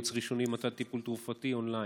ייעוץ ראשוני ומתן טיפול תרופתי און-ליין.